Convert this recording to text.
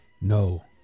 No